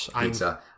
pizza